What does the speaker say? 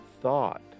thought